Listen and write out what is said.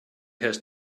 had